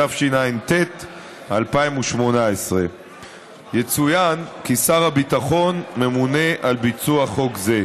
התשע"ט 2018. יצוין כי שר הביטחון ממונה על ביצוע חוק זה.